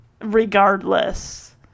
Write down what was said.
Regardless